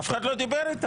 אף אחד לא דיבר איתה.